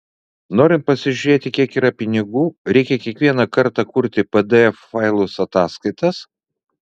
norint pasižiūrėti kiek yra pinigų reikia kiekvieną kartą kurti pdf failus ataskaitas